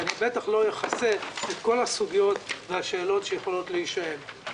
אני בטח לא אכסה את כל הסוגיות והשאלות שיכולות להישאל.